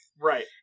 Right